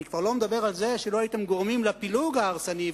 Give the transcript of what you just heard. אני כבר לא מדבר על זה שלא הייתם גורמים לפילוג ההרסני,